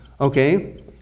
Okay